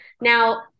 Now